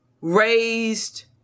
raised